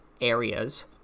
areas